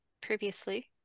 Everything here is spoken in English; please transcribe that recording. previously